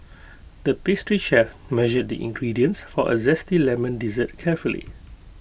the pastry chef measured the ingredients for A Zesty Lemon Dessert carefully